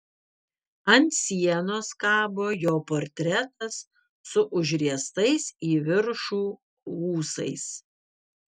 ant sienos kabo jo portretas su užriestais į viršų ūsais